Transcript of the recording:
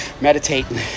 meditating